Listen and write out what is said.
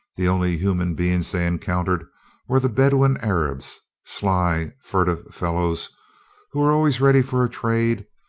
the only human beings they encountered were the bedouin arabs sly, furtive fellows who were always ready for a trade,